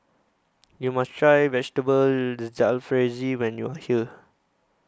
YOU must Try Vegetable Jalfrezi when YOU Are here